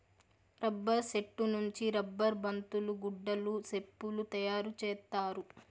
rubber సెట్టు నుంచి rubber బంతులు గుడ్డలు సెప్పులు తయారు చేత్తారు